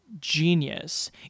Genius